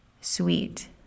sweet